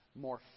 more